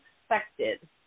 expected